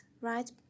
right